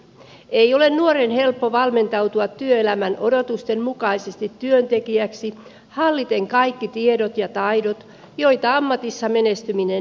ei ole nuoren helppo valmentautua työelämän odotusten mukaisesti työntekijäksi halliten kaikki tiedot ja taidot joita ammatissa menestyminen edellyttää